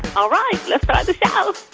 all right. let's ah ah